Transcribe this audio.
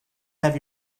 have